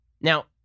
Now